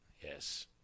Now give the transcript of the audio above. Yes